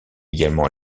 également